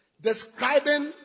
Describing